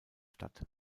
statt